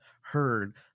heard